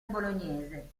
bolognese